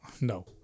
No